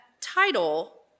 title